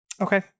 Okay